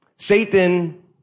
Satan